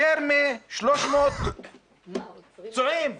יותר מ-300 פצועים,